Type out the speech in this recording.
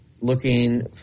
looking